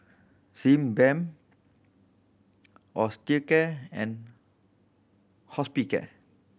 Sebamed Osteocare and Hospicare